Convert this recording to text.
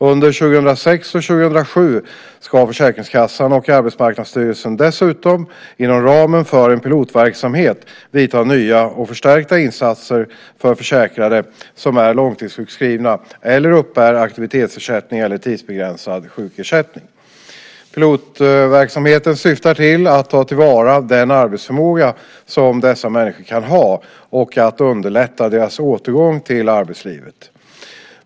Under 2006 och 2007 ska Försäkringskassan och Arbetsmarknadsstyrelsen dessutom inom ramen för en pilotverksamhet vidta nya och förstärkta insatser för försäkrade som är långtidssjukskrivna eller uppbär aktivitetsersättning eller tidsbegränsad sjukersättning. Pilotverksamheten syftar till att ta till vara den arbetsförmåga som dessa människor kan ha och att underlätta deras återgång till arbetslivet.